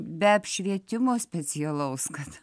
be apšvietimo specialaus kad